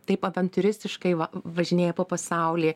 taip avantiūristiškai va važinėja po pasaulį